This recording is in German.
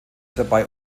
dabei